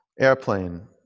Airplane